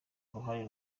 uruhare